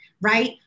right